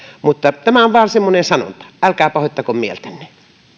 suomella tämä on vaan semmoinen sanonta älkää pahoittako mieltänne